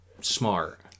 smart